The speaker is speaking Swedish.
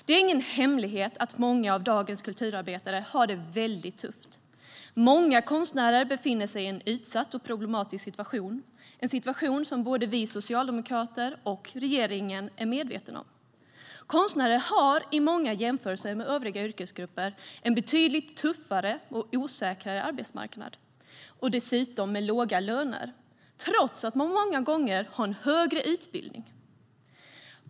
Det är ingen hemlighet att många av dagens kulturarbetare har det väldigt tufft. Många konstnärer befinner sig i en utsatt och problematisk situation, en situation som både vi socialdemokrater och regeringen är medvetna om. Konstnärer har i många jämförelser med övriga yrkesgrupper en betydligt tuffare och osäkrare arbetsmarknad och dessutom låga löner, trots att man många gånger har en högre utbildning.